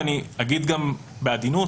אני אומר בעדינות